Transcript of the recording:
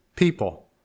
people